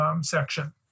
section